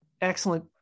excellent